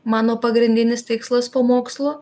mano pagrindinis tikslas po mokslų